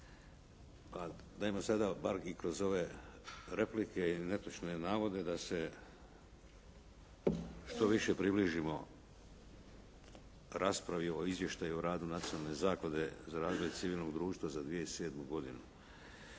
Pa dajmo sada bar i kroz ove replike ili netočne navode da se što više približimo raspravi o Izvještaju o radu Nacionalne zaklade za razvoj civilnog društva za 2007. godinu.